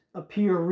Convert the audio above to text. appear